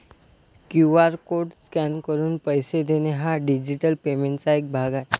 QR code scan करून पैसे देणे हा डिजिटल पेमेंटचा एक भाग आहे